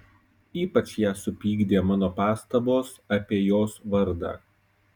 ypač ją supykdė mano pastabos apie jos vardą